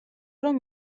რომ